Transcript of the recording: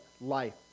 life